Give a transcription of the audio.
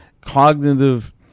cognitive